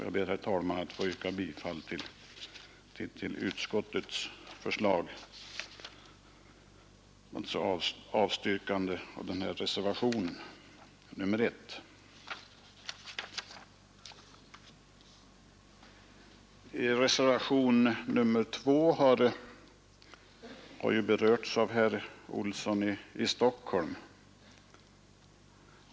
Jag ber att få yrka bifall till utskottets förslag, vilket innebär avslag på yrkandet i motionen 1489. Reservationen 2 har berörts av herr Olsson i Stockholm.